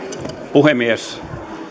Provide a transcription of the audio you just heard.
puhemies